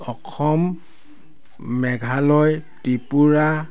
Assam Meghalaya Tripura